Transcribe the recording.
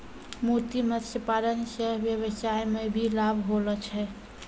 मोती मत्स्य पालन से वेवसाय मे भी लाभ होलो छै